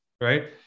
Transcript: right